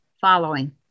following